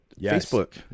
Facebook